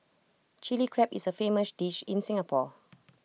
Chilli Crab is A famous dish in Singapore